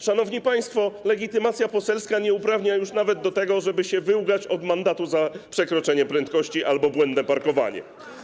Szanowni państwo, legitymacja poselska nie uprawnia już nawet do tego, żeby się wyłgać od mandatu za przekroczenie prędkości albo błędne parkowanie.